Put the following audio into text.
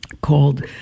called